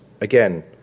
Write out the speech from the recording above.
again